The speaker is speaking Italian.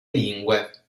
lingue